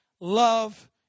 love